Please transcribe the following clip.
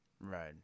Right